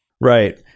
Right